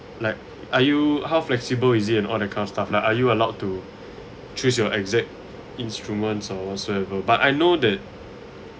like are you how flexible is it and all that kind of stuff lah are you allowed to choose your exact instruments or whatsoever but I know that